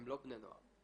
הם לא בני נוער.